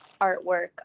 artwork